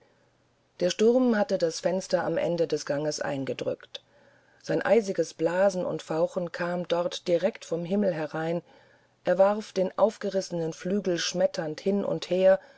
der sturm hatte das fenster am ende des ganges eingedrückt sein eisiges blasen und fauchen kam dort direkt vom himmel herein er warf den aufgerissenen flügel schmetternd hin und her